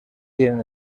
tienen